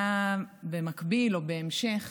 באה במקביל או בהמשך